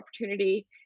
opportunity